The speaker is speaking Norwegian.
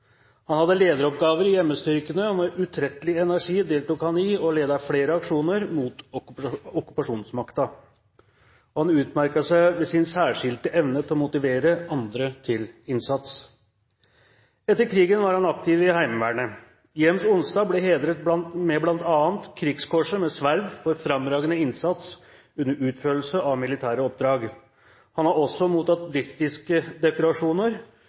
Han hadde lederoppgaver i Hjemmestyrkene, og med utrettelig energi deltok han i og ledet flere aksjoner mot okkupasjonsmakten. Han utmerket seg ved sin særskilte evne til å motivere andre til innsats. Etter krigen var han aktiv i Heimevernet. Gjems-Onstad ble hedret med bl.a. Krigskorset med sverd for fremragende innsats under utførelse av militære oppdrag. Han har også mottatt britiske dekorasjoner,